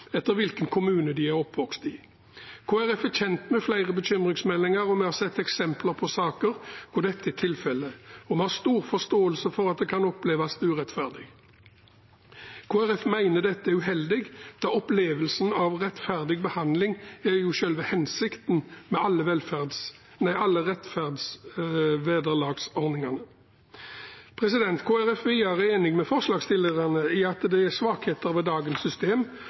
etter hvilken kommune de er oppvokst i. Kristelig Folkeparti er kjent med flere bekymringsmeldinger, og vi har sett eksempler på saker hvor dette er tilfellet. Vi har stor forståelse for at det kan oppleves urettferdig. Kristelig Folkeparti mener dette er uheldig, da opplevelsen av rettferdig behandling jo er selve hensikten med alle rettferdsvederlagsordningene. Kristelig Folkeparti er videre enig med forslagsstillerne i at det er svakheter ved dagens system,